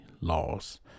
laws